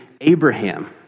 Abraham